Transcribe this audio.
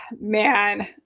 man